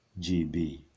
GB